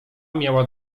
miała